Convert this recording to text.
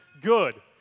good